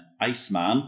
Iceman